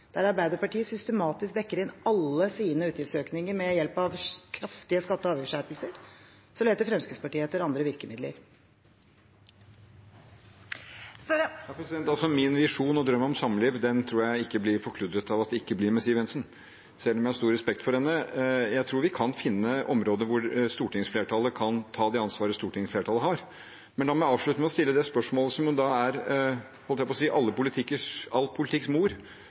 Der Arbeiderpartiet systematisk dekker inn alle sine utgiftsøkninger ved hjelp av kraftige skatte- og avgiftsskjerpelser, leter Fremskrittspartiet etter andre virkemidler. Min visjon og drøm om samliv tror jeg ikke blir forkludret av at det ikke blir med Siv Jensen, selv om jeg har stor respekt for henne. Jeg tror vi kan finne områder hvor stortingsflertallet kan ta det ansvaret stortingsflertallet har. Men la meg avslutte med å stille spørsmål om det som er – jeg holdt på å si – all politikks mor,